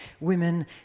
women